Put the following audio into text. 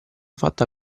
fatta